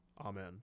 Amen